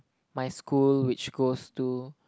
my school which goes to